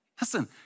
Listen